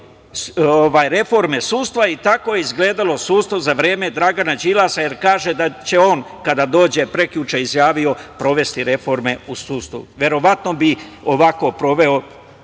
reforme sudstva i tako je izgledalo sudstvo za vreme Dragana Đilasa, jer kaže da će on kada dođe, prekjuče izjavio, sprovesti reforme u sudstvu. Verovatno bi ovako sproveo